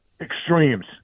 extremes